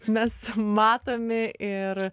mes matomi ir